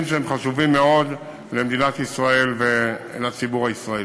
שהם חשובים מאוד למדינת ישראל ולציבור הישראלי.